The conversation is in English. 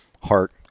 heart